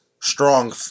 strong